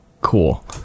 cool